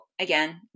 Again